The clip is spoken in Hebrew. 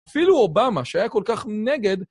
אפילו אובמה, שהיה כל כך נגד,